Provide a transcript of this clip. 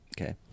Okay